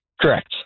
Correct